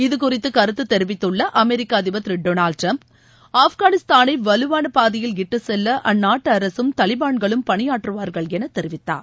இதுகுறித்து கருத்து தெரிவித்துள்ள அமெரிக்க அதிபர் திரு டொனால்ட் டர்ம்ப் ஆப்கானிஸ்தானை வலுவான பாதையில் இட்டுச் செல்ல அந்நாட்டு அரசும் தாலிபன்களும் பணியாற்றுவார்கள் என தெரிவித்தார்